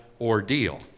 ordeal